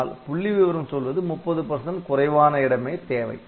ஆனால் புள்ளி விவரம் சொல்வது 30 குறைவான இடமே தேவை